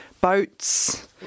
boats